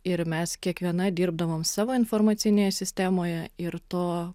ir mes kiekviena dirbdavom savo informacinėje sistemoje ir to